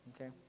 Okay